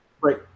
Right